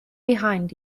behind